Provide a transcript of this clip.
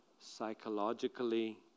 psychologically